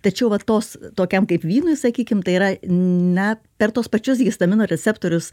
tačiau va tos tokiam kaip vynui sakykim tai yra na per tuos pačius histamino receptorius